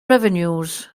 revenues